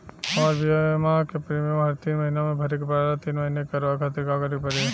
हमार बीमा के प्रीमियम हर तीन महिना में भरे के पड़ेला महीने महीने करवाए खातिर का करे के पड़ी?